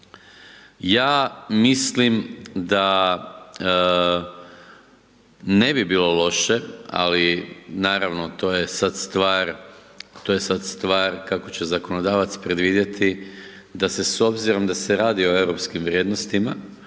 Ja mislim da ne bi bilo lođe, ali naravno to je sada stvar kako će zakonodavac predvedete, da se s obzirom da se radi o europskim vrijednostima,